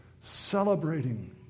celebrating